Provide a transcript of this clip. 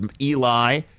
Eli